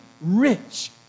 rich